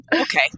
Okay